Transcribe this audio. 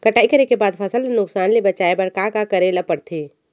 कटाई करे के बाद फसल ल नुकसान ले बचाये बर का का करे ल पड़थे?